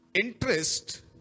Interest